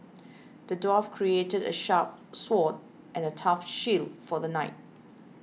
the dwarf crafted a sharp sword and a tough shield for the knight